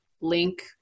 Link